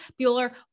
Bueller